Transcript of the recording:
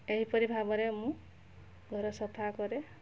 ଏହିପରି ଭାବରେ ମୁଁ ଘର ସଫା କରେ